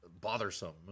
bothersome